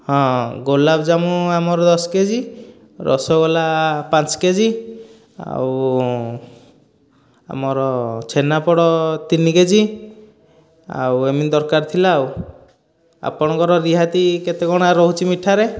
ହଁ ଗୋଲାପ ଜାମୁ ଆମର ଦଶ କେଜି ରସଗୋଲା ପାଞ୍ଚ କେଜି ଆଉ ଆମର ଛେନାପୋଡ଼ ତିନି କେଜି ଆଉ ଏମିତି ଦରକାର ଥିଲା ଆଉ ଆପଣଙ୍କ ରିହାତି କେତେ କ'ଣ ରହୁଛି ମିଠାରେ